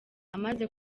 amaze